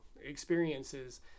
experiences